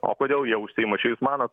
o kodėl jie užsimušė jūs manot